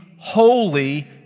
Holy